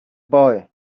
boy